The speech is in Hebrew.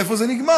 איפה זה נגמר?